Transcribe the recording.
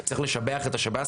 צריך לשבח את השב"ס,